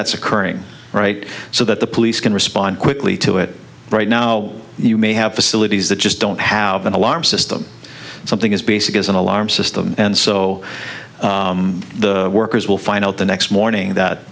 that's occurring right so that the police can respond quickly to it right now you may have facilities that just don't have an alarm system something as basic as an alarm system and so the workers will find out the next morning that